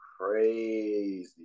crazy